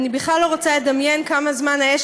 אני בכלל לא רוצה לדמיין כמה זמן האש